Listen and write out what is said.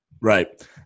Right